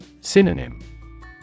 Synonym